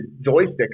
joystick